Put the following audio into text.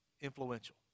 influential